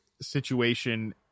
situation